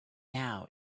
now